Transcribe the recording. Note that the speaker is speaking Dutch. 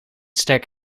sterk